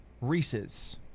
Reese's